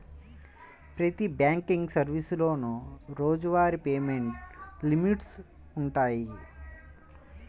ప్రతి బ్యాంకింగ్ సర్వీసులోనూ రోజువారీ పేమెంట్ లిమిట్స్ వుంటయ్యి